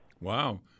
Wow